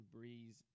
Breeze